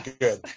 good